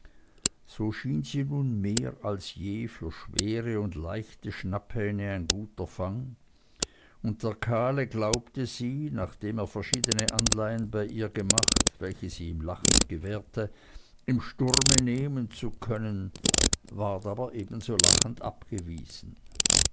so schien sie nun mehr als je für schwere und leichte schnapphähne ein guter fang und der kahle glaubte sie nachdem er verschiedene anleihen bei ihr gemacht welche sie ihm lachend gewährte im sturme nehmen zu können ward aber ebenso lachend abgewiesen